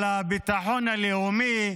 על הביטחון הלאומי,